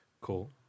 Cool